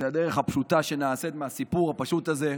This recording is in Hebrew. זאת הדרך הפשוטה שנעשית מהסיפור הפשוט הזה,